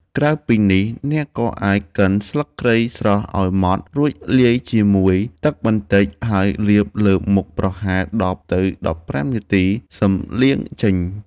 ក្រៅពីនេះ អ្នកក៏អាចកិនស្លឹកគ្រៃស្រស់ឲ្យម៉ដ្ឋ រួចលាយជាមួយទឹកបន្តិច ហើយលាបលើមុខប្រហែល ១០ ទៅ ១៥ នាទី សឹមលាងចេញ។